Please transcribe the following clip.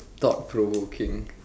thought provoking